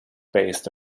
based